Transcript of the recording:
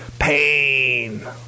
Pain